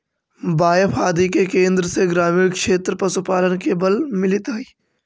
बाएफ आदि के केन्द्र से ग्रामीण क्षेत्र में पशुपालन के बल मिलित हइ